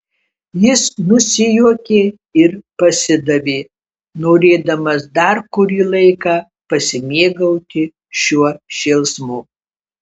jis nusijuokė ir pasidavė norėdamas dar kurį laiką pasimėgauti šiuo šėlsmu